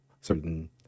certain